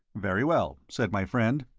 very well, said my friend.